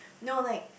no like